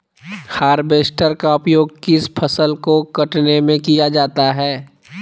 Harvester का उपयोग किस फसल को कटने में किया जाता है?